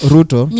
Ruto